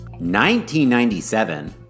1997